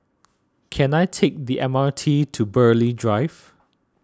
can I take the M R T to Burghley Drive